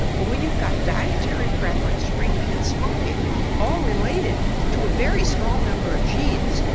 well when you've got dietary preference drinking and smoking all related to a very small number of genes,